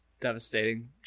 Devastating